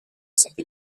santé